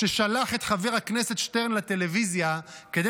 ששלח את חבר הכנסת שטרן לטלוויזיה כדי